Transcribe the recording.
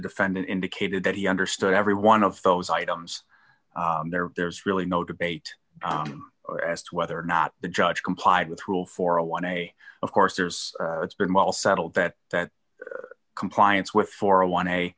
defendant indicated that he understood every one of those items there there's really no debate as to whether or not the judge complied with rule for a one day of course there's it's been well settled that that compliance with for a one